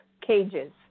cages